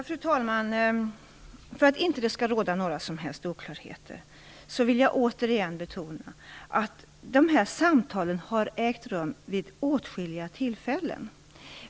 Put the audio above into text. Fru talman! För att det inte skall råda några som helst oklarheter vill jag återigen betona att dessa samtal har ägt rum vid åtskilliga tillfällen.